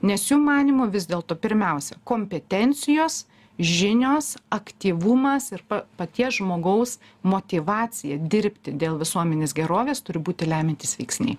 nes jų manymu vis dėlto pirmiausia kompetencijos žinios aktyvumas ir paties žmogaus motyvacija dirbti dėl visuomenės gerovės turi būti lemiantys veiksniai